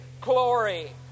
glory